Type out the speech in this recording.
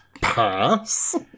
Pass